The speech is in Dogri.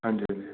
हंजी हंजी